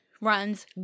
runs